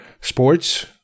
sports